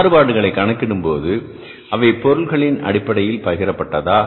மாறுபாடுகளை கணக்கிடும்போது அவை பொருட்களின் அடிப்படையில் பகிரப்பட்டதா